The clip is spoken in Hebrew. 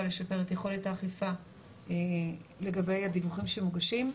לשפר את יכולת האכיפה לגבי הדיווחים שמוגשים.